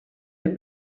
had